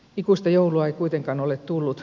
ikuista joulua ei kuitenkaan ole tullut